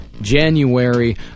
January